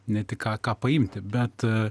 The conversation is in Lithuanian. ne tik ką ką paimti bet